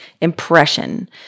impression